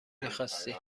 میخواستیم